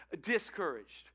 discouraged